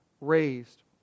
raised